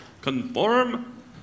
conform